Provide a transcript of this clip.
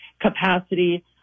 capacity